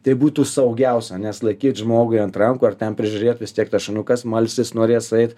tai būtų saugiausia nes laikyt žmogui ant rankų ar ten prižiūrėt vis tiek tas šuniukas malskis norės eit